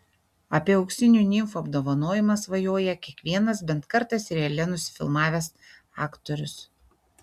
apie auksinių nimfų apdovanojimą svajoja kiekvienas bent kartą seriale nusifilmavęs aktorius